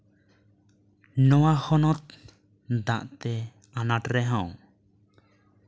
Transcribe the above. ᱱᱚᱣᱟ ᱦᱚᱱᱚᱛ ᱫᱟᱜ ᱛᱮ ᱟᱱᱟᱴ ᱨᱮᱦᱚᱸ